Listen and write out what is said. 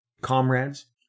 comrades